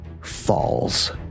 falls